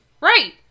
Right